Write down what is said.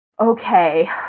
Okay